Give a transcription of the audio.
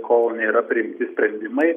kol nėra priimti sprendimai